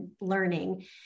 learning